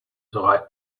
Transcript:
sera